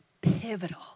pivotal